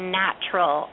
natural